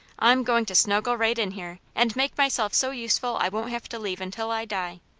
i'm going to snuggle right in here, and make myself so useful i won't have to leave until i die.